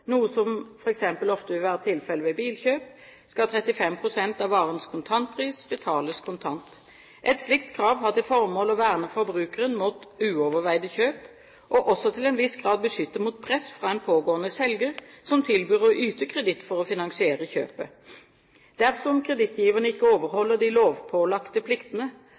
noe som f.eks. ofte vil være tilfellet ved bilkjøp, skal 35 pst. av varens kontantpris betales kontant. Et slikt krav har til formål å verne forbrukeren mot uoverveide kjøp og også til en viss grad beskytte mot press fra en pågående selger som tilbyr å yte kreditt for å finansiere kjøpet. Dersom kredittgiverne ikke overholder de lovpålagte pliktene,